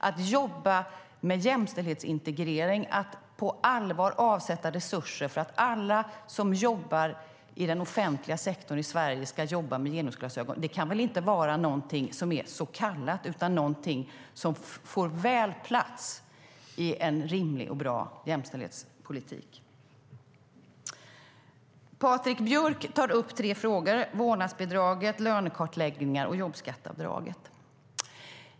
Att jobba med jämställdhetsintegrering och på allvar avsätta resurser för att alla som jobbar i den offentliga sektorn i Sverige ska jobba med genusglasögon kan väl inte vara någonting som är "så kallat" utan någonting som får väl plats i en rimlig och bra jämställdhetspolitik. Patrik Björck tar upp tre frågor: vårdnadsbidraget, lönekartläggningar och jobbskatteavdraget.